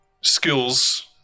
skills